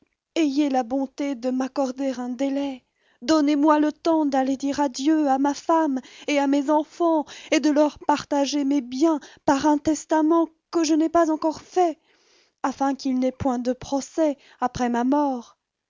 ayez la bonté de m'accorder un délai donnez-moi le temps d'aller dire adieu à ma femme et à mes enfants et de leur partager mes biens par un testament que je n'ai pas encore fait afin qu'ils n'aient point de procès après ma mort